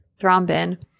thrombin